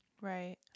Right